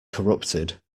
corrupted